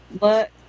look